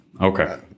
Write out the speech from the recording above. Okay